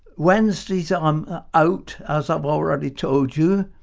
wednesday's i'm out, as i've already told you.